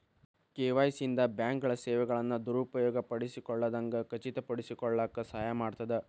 KYC ಇಂದ ಬ್ಯಾಂಕ್ಗಳ ಸೇವೆಗಳನ್ನ ದುರುಪಯೋಗ ಪಡಿಸಿಕೊಳ್ಳದಂಗ ಖಚಿತಪಡಿಸಿಕೊಳ್ಳಕ ಸಹಾಯ ಮಾಡ್ತದ